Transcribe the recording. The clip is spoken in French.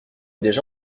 déjà